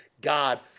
God